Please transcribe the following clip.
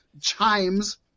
chimes